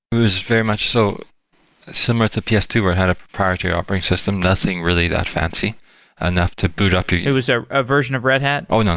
was very much so similar to p s two. we had a proprietary operating system, nothing really that fancy enough to boot up it was ah a version of red hat? oh, and um